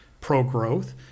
pro-growth